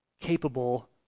capable